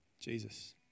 Jesus